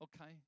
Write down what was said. okay